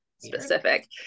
specific